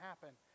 happen